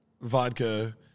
vodka